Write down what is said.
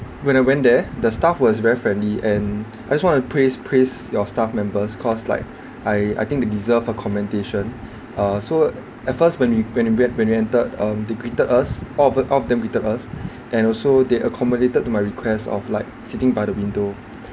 when I went there the staff was very friendly and I just want to praise praise your staff members cause like I I think they deserve a commendation uh so at first when we when we when we entered um they greeted us all of th~ all of them greeted us and also they accommodated to my request of like sitting by the window